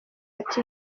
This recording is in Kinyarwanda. ati